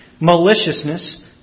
maliciousness